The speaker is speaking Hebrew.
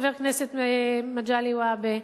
חבר הכנסת מגלי והבה,